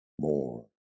more